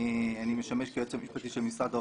אני משמש כיועץ המשפטי של משרד האוצר.